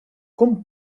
com